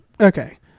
Okay